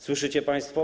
Słyszycie państwo?